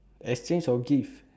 exchange for gift